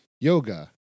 Yoga